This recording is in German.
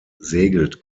segelt